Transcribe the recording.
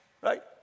right